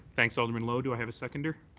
thanks, alderman lowe. do i have a seconder?